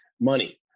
money